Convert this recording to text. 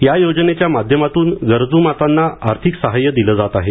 या योजनेच्या माध्यमातून गरजू मातांना आर्थिक साहाय्य दिलं जात आहे